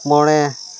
ᱢᱚᱬᱮ